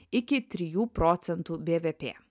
iki trijų procentų bvp